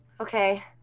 Okay